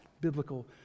biblical